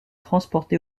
transporté